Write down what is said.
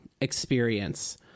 experience